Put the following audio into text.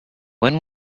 when